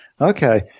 Okay